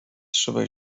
trzeba